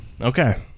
Okay